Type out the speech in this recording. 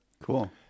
Cool